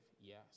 yes